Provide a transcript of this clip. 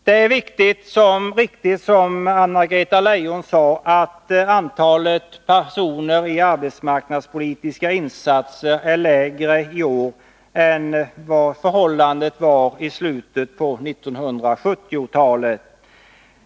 Det är riktigt som Anna-Greta Leijon sade, att antalet personer i arbetsmarknadspolitiska insatser är lägre i år än vad förhållandet var i slutet av 1970-talet.